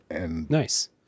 Nice